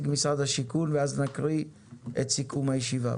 משרד השיכון ואז נקריא את סיכום הישיבה,